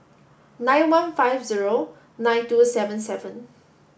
nine one five zero nine two seven seven